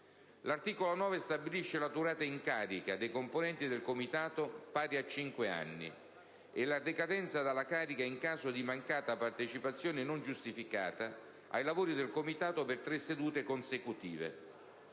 L'articolo 9 stabilisce la durata in carica dei componenti del Comitato, pari a 5 anni, e la decadenza dalla carica in caso di mancata partecipazione non giustificata ai lavori del Comitato per tre sedute consecutive.